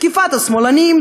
תקיפת השמאלנים,